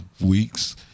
weeks